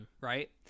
right